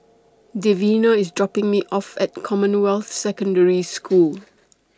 Davina IS dropping Me off At Commonwealth Secondary School